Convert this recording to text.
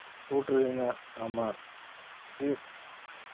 court ᱨᱮᱱᱟᱜ ᱟᱢᱟᱜ ᱪᱮᱫ